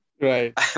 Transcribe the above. Right